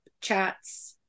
chats